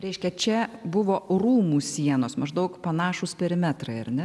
reiškia čia buvo rūmų sienos maždaug panašūs perimetrą ir ne